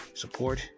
support